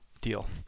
deal